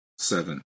Seven